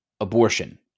abortion